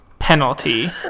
Penalty